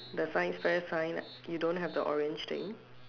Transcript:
the science fair sign you don't have the orange thing